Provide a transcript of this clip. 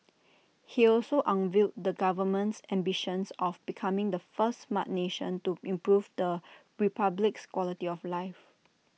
he also unveiled the government's ambitions of becoming the first Smart Nation to improve the republic's quality of life